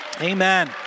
Amen